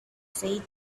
said